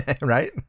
right